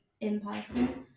in-person